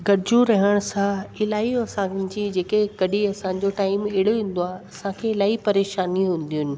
गॾिजू रहण सां इलाही असांजी जेके कॾहिं असांजो टाईम अहिड़े ईंदो आहे असांखे इलाही परेशानी हूंदियूं आहिनि